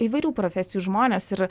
įvairių profesijų žmonės ir